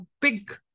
big